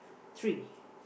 tree